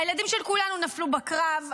הילדים של כולנו נפלו בקרב,